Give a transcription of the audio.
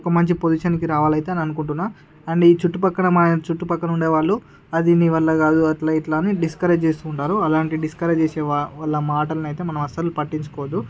ఒక మంచి పొజిషన్ కి రావాలయితే అని అనుకుంటున్నా అండ్ ఈ చుట్టుపక్కల చుట్టుపక్కల ఉండేవాళ్ళు అది నీవల్ల కాదు అలా ఇలా అని డిస్కరేజ్ చేసుకుంటారు అలాంటి డిస్కరేజ్ చేసే వా వాళ్ళ మాటలనయితే మనం అస్సలు పట్టించుకోవద్దు